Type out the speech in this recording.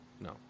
No